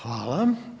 Hvala.